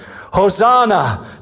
Hosanna